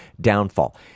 downfall